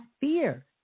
fear